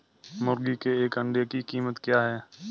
मुर्गी के एक अंडे की कीमत क्या है?